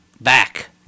back